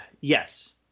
yes